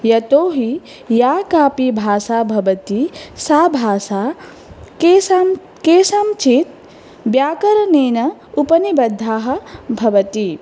यतोहि या कापि भाषा भवति सा भाषा केषां केषाञ्चित् व्याकरणेन उपनिबद्धाः भवति